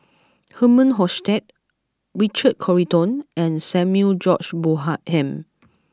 Herman Hochstadt Richard Corridon and Samuel George Bonham